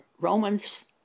Romans